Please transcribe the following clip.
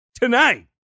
Tonight